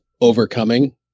overcoming